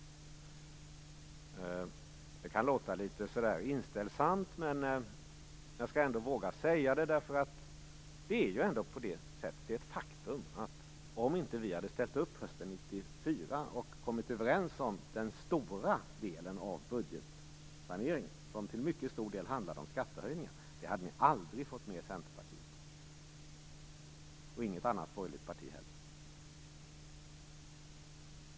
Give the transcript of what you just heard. Det kan låta litet inställsamt, men jag skall ändå våga säga det därför att det är ett faktum att det var vi som ställde upp hösten 1994 och kom överens om den stora delen av budgetsaneringen, som till mycket stor del handlar om skattereglerna. Ni hade aldrig fått med Centerpartiet på det, och inget annat borgerligt parti heller.